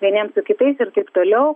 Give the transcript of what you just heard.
vieniems su kitais ir taip toliau